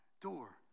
door